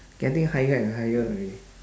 getting higher and higher a day